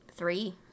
Three